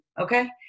okay